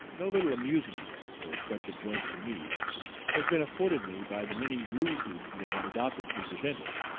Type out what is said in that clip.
no little amusement for such it was to me has been afforded me by the many ruses they have adopted to prevent it.